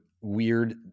weird